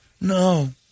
No